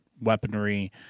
weaponry